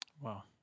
Wow